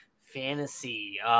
fantasy